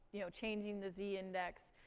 you know, changing the z index.